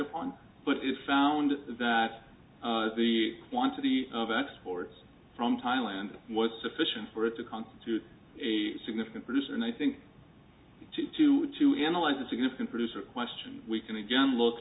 upon but if found that the quantity of exports from thailand was sufficient for it to constitute a significant producer and i think to two to analyze a significant producer question we can again look